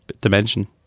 dimension